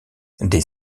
des